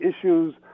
issues